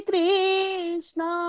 Krishna